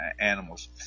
animals